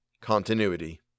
CONTINUITY